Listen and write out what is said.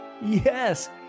Yes